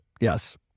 Yes